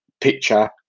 picture